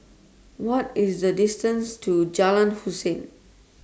What IS The distance to Jalan Hussein